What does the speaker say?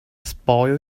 spoil